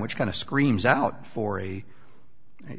which kind of screams out for a